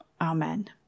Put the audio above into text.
Amen